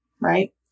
right